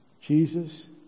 Jesus